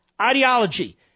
ideology